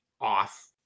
off